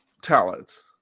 talents